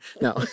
No